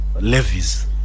levies